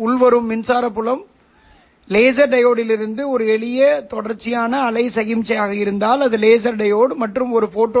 cos ωs ωLO t s −θLO ஒரு அதிர்வெண் மையத்தில் மையமாகக் கொண்ட ஒரு கட்ட பண்பேற்றப்பட்ட கொசைன் சமிக்ஞை இங்கே உள்ளது ωs ωLo இவை இரண்டும் பொதுவாக ஒருவருக்கொருவர் நெருக்கமாக உள்ளன அவை மிகப் பெரியவை எனவே ωs எடுத்துக்காட்டாக 2